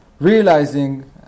realizing